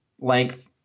length